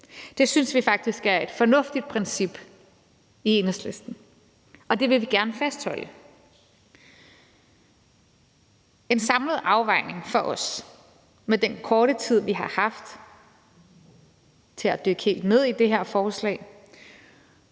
Det synes vi faktisk i Enhedslisten er et fornuftigt princip, og det vil vi gerne fastholde. En samlet afvejning for os med den korte tid, vi har haft til at dykke helt ned i det her forslag,